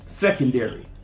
Secondary